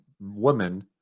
woman –